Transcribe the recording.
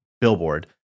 billboard